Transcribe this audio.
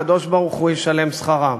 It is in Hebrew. הקדוש-ברוך-הוא ישלם שכרם".